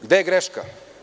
Gde je greška?